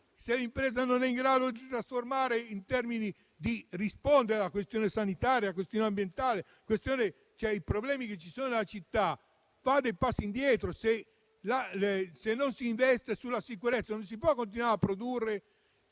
se l'impresa non è in grado di trasformarsi per rispondere alla questione sanitaria e alla questione ambientale, cioè ai problemi che ci sono nella città, fa dei passi indietro. Se non si investe sulla sicurezza, non si può continuare a produrre.